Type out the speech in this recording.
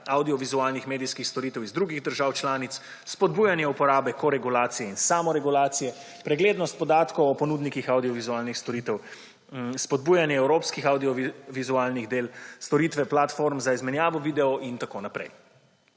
avdiovizualnih medijskih storitev iz drugih držav članic; spodbujanje uporabe koregulacije in samoregulacije; preglednost podatkov o ponudnikih avdiovizualnih storitev; spodbujanje evropskih avdiovizualnih del; storitve platform za izmenjavo videov in tako naprej.